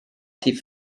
die